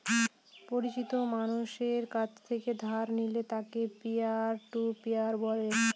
পরিচিত মানষের কাছ থেকে ধার নিলে তাকে পিয়ার টু পিয়ার বলে